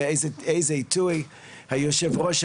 הקהילה הלהט"בית והשימוש בסמים עלה יותר ויותר לכותרות,